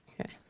Okay